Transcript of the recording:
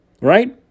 right